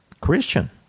Christian